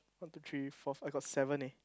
one two three four five I got seven eh